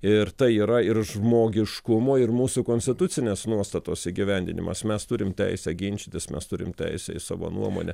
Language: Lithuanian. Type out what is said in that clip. ir tai yra ir žmogiškumo ir mūsų konstitucinės nuostatos įgyvendinimas mes turim teisę ginčytis mes turim teisę į savo nuomonę